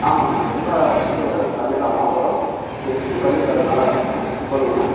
ஆமாம் அம்மா எல்லா ஸ்கூலை விட நாங்கள் கம்மியாக தான் வாங்குகிறோம் எங்கள் ஸ்கூல் கல்வி தரம் நல்லா இருக்கும்மா ம் சொல்லுங்கம்மா